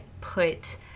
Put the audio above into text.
put